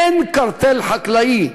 אין קרטל חקלאי,